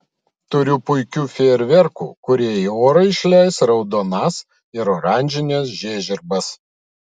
turiu puikių fejerverkų kurie į orą išleis raudonas ir oranžines žiežirbas